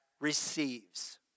receives